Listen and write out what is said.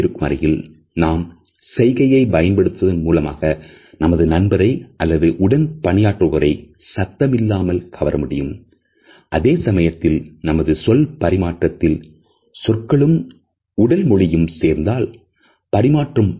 இவற்றில் நாம் சொற்கள் வெளிப்படுத்தும் செய்தியை மட்டும் பாராமல் பேசுபவரும் கேட்பவரும் வெளிப்படுத்தக்கூடிய உடல் மொழியையும் கவனிக்கிறோம்